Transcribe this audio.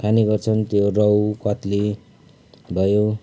खाने गर्छन् त्यो रहु कत्ले भयो